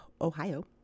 Ohio